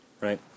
right